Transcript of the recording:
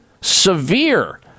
severe